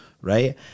right